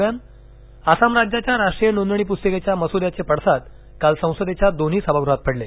दरम्यान आसाम राज्याच्या राष्ट्रीय नोंदणी पुस्तिकेच्या मसुद्धाचे पडसाद काल संसदेच्या दोन्ही सभागृहात पडले